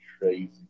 Crazy